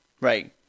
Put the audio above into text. right